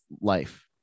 life